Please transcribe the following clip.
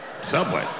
Subway